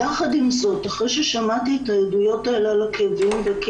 העדויות האלו פורסמו.